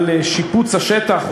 על שיפוץ השטח,